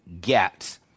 get